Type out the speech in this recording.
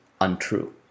untrue